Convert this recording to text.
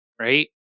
right